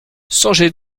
songez